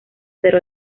pero